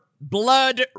blood